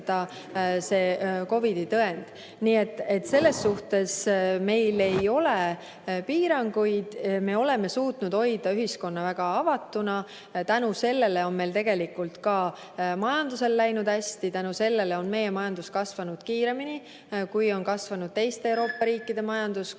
COVID-i tõend. Nii et [laiemas] mõttes meil ei ole piiranguid. Me oleme suutnud hoida ühiskonna väga avatuna. Tänu sellele on tegelikult ka meie majandusel läinud hästi. Tänu sellele on meie majandus kasvanud kiiremini, kui majandus on kasvanud teistes Euroopa riikides,